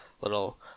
little